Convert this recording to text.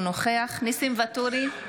אינו נוכח ניסים ואטורי,